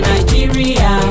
Nigeria